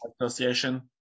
association